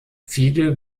viele